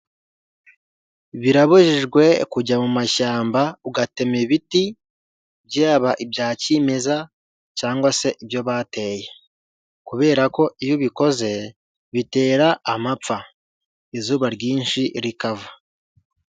Birabujijwe kujya mu mashyamba ugatema ibiti byaba ibya kimeza cyangwa se ibyo bateye kubera ko iyo ubikoze bitera amapfa izuba ryinshi rikava.